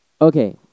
okay